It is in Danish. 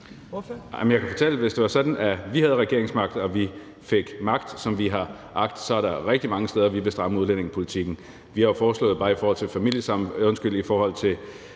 at vi havde regeringsmagten og vi fik magt, som vi har agt, så er der rigtig mange steder, vi ville stemme stramme udlændingepolitikken. Bare i forhold til statsborgerskab